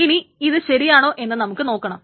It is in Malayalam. ഇനി ഇത് ശരിയാണോ എന്ന് നമുക്ക് നോക്കണം